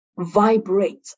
vibrate